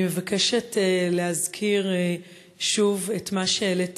אני מבקשת להזכיר שוב את מה שהעליתי